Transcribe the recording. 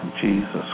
Jesus